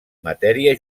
matèria